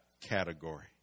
category